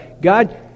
God